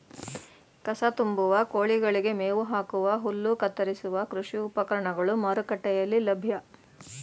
ಕಸ ತುಂಬುವ, ಕೋಳಿಗಳಿಗೆ ಮೇವು ಹಾಕುವ, ಹುಲ್ಲು ಕತ್ತರಿಸುವ ಕೃಷಿ ಉಪಕರಣಗಳು ಮಾರುಕಟ್ಟೆಯಲ್ಲಿ ಲಭ್ಯ